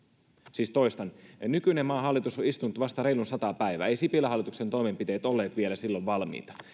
siis toistan nykyinen maan hallitus on istunut vasta reilun sata päivää eivät sipilän hallituksen toimenpiteet olleet vielä silloin valmiita